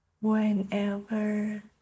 whenever